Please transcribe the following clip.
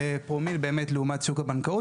זה פרומיל באמת לעומת שוק הבנקאות.